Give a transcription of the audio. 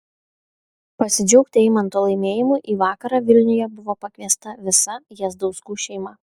pasidžiaugti eimanto laimėjimu į vakarą vilniuje buvo pakviesta visa jazdauskų šeima